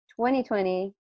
2020